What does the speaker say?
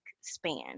span